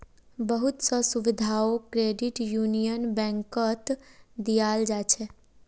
बहुत स सुविधाओ क्रेडिट यूनियन बैंकत दीयाल जा छेक